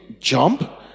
jump